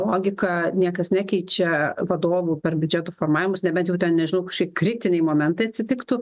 logiką niekas nekeičia vadovų per biudžetų formavimus nebent jau ten nežinau kažkokie kritiniai momentai atsitiktų